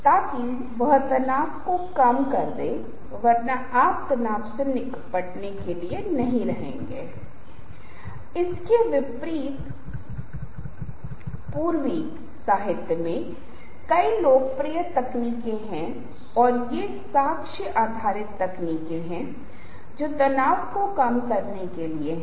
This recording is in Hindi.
जब भी आप बात कर रहे होते हैं आप उन्हें उन छवियों से संबंधित करते हैं जिस तरह से मैंने अभी अभी किया है या पाठ के लिए जो मामले में है तो आपको लगता है कि आप जोर देने नहीं जा रहे हैं या स्लाइड आपकी अनुपस्थिति में कोई व्यक्ति देखने जा रहे हैं